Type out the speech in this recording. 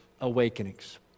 awakenings